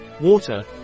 Water